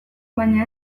baina